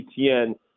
ETN